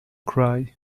cry